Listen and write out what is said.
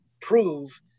prove